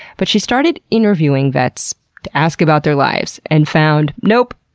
but she started interviewing vets to ask about their lives and found, nope!